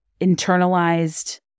internalized